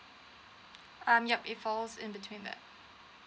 um yup it falls in between that